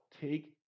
Take